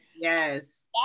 Yes